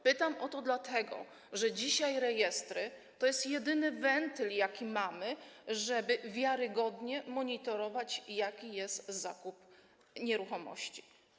Pytam o to dlatego, że dzisiaj rejestry to jedyny wentyl, jaki mamy, możliwość, żeby wiarygodnie monitorować, jaki jest zakup nieruchomości.